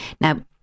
Now